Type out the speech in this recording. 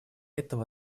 этого